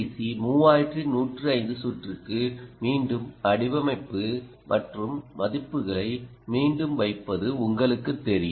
C 3105 சுற்றுக்கு மீண்டும் வடிவமைப்பு மற்றும் மதிப்புகளை மீண்டும் வைப்பது உங்களுக்குத் தெரியும்